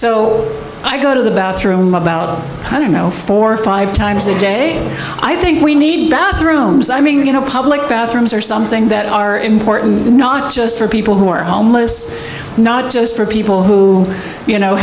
so i go to the bathroom about i don't know four or five times a day i think we need bathrooms i mean you know public bathrooms are something that are important not just for people who are homeless not just for people who you know